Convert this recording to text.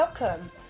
Welcome